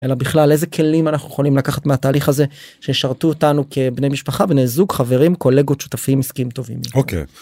אלא בכלל איזה כלים אנחנו יכולים לקחת מהתהליך הזה שישרתו אותנו כבני משפחה, בני זוג, חברים, קולגות, שותפים עסקיים טובים. אוקיי.